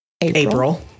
April